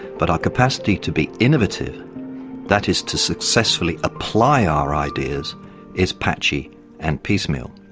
but our capacity to be innovative that is to successfully apply our ideas is patchy and piecemeal.